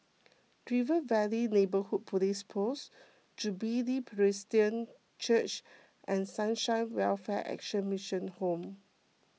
River Valley Neighbourhood Police Post Jubilee Presbyterian Church and Sunshine Welfare Action Mission Home